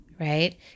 right